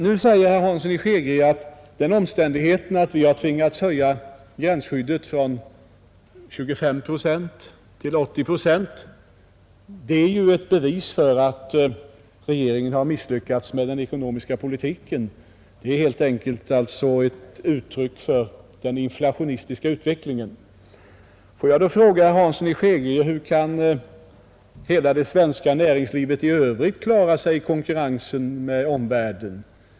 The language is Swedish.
Nu säger herr Hansson att den omständigheten att vi har tvingats höja gränsskyddet från 25 procent till 80 procent är ett bevis för att regeringen har misslyckats med den ekonomiska politiken. Det är helt enkelt alltså ett uttryck för den inflationistiska utvecklingen. Får jag då fråga herr Hansson: Hur kan hela det svenska näringslivet i övrigt klara sig i konkurrensen med omvärlden?